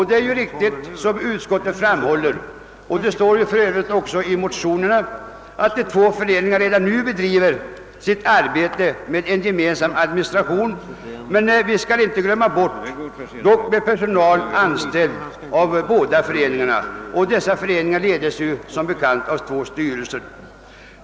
Det är riktigt som utskottet framhåller, och det står också i motionerna, att de två föreningarna redan nu bedriver sitt arbete med gemensam administration, men vi skall inte glömma att det sker med personalen anställd av båda föreningarna och att föreningarna ledes av två styrelser.